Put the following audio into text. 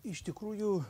iš tikrųjų